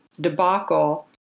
debacle